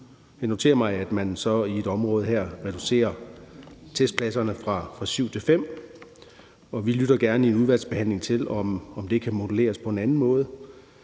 Jeg noterer mig, at man så i et område her reducerer testpladserne fra syv til fem, og vi lytter gerne i udvalgsbehandlingen til, om det kan modelleres på en anden måde.